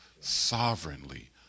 sovereignly